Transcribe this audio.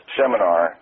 seminar